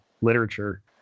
literature